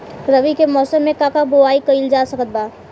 रवि के मौसम में का बोआई कईल जा सकत बा?